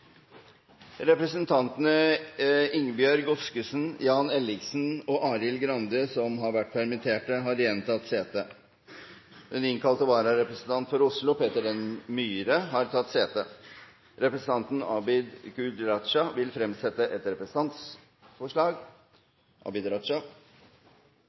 Representantene Ingebjørg Godskesen, Jan Arild Ellingsen og Arild Grande, som har vært permittert, har igjen tatt sete. Den innkalte vararepresentant for Oslo, Peter N. Myhre, har tatt sete. Representanten Abid Q. Raja vil fremsette et